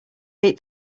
eight